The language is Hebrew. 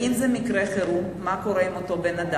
ואם זה מקרה חירום, מה קורה עם אותו בן-אדם?